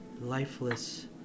lifeless